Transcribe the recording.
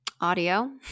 audio